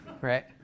right